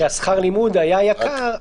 ששכר הלימוד היה יקר,